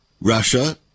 Russia